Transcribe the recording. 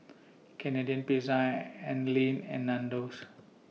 Canadian Pizza Anlene and Nandos